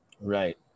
Right